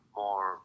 more